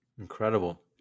Incredible